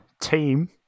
Team